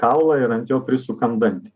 kaulą ir ant jo prisukam dant